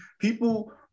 People